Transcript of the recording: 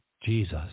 Jesus